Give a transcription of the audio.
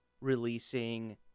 releasing